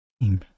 name